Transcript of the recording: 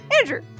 Andrew